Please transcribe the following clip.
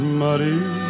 muddy